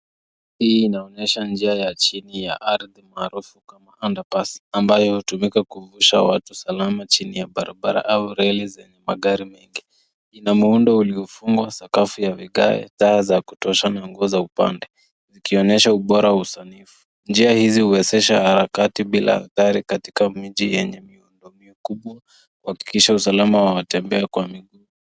Iaonesha njia ya chini ya ardhi, iliyoundwa kuhakikisha usalama wa watu wanaopita chini ya barabara, pamoja na baiskeli, pikipiki na magari madogo. Njia hii ina muundo mzuri wenye sakafu ya vigayo na taa zinazowasha upande, zikionyesha ubora wa usanifu. Njia hizi zinarahisisha usafiri bila hatari, hasa katika miji yenye msongamano, na zinahakikisha usalama wa watembea kwa miguu.